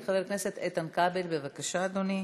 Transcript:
חבר הכנסת איתן כבל, בבקשה, אדוני.